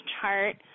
chart